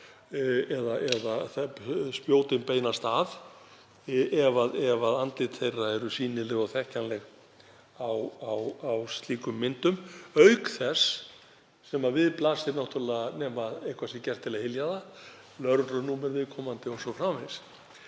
spjótin beinast að þeim, ef andlit þeirra eru sýnileg og þekkjanleg á slíkum myndum, auk þess sem við blasir náttúrlega, nema eitthvað sé gert til að hylja það, lögreglunúmer viðkomandi o.s.frv.